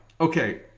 Okay